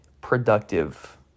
productive